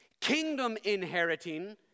kingdom-inheriting